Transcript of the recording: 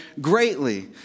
greatly